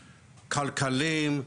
כלכליים,